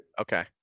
Okay